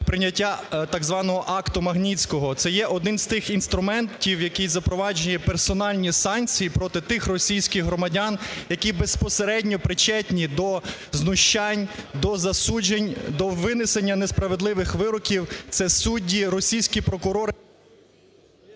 прийняття так званого "акту Магнітського". Це є один з тих інструментів, яким запроваджено персональні санкції проти тих російських громадян, які безпосередньо причетні до знущань, до засуджень, до винесення несправедливих вироків, це судді, російські прокурори…